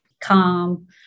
calm